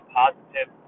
positive